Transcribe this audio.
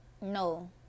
no